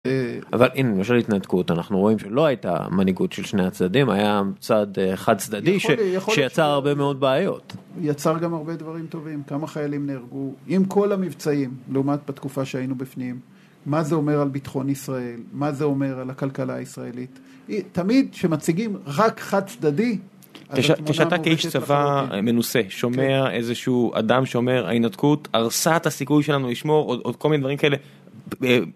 אבל הנה, למשל התנתקות, אנחנו רואים שלא הייתה מנהיגות של שני הצדדים, היה צד חד-צדדי שיצר הרבה מאוד בעיות. יצר גם הרבה דברים טובים, כמה חיילים נהרגו, עם כל המבצעים, לעומת בתקופה שהיינו בפנים. מה זה אומר על ביטחון ישראל? מה זה אומר על הכלכלה הישראלית? תמיד שמציגים רק חד-צדדי... כשאתה כאיש צבא מנוסה, שומע איזשהו אדם שאומר, ההתנתקות הרסה את הסיכוי שלנו לשמור, או כל מיני דברים כאלה...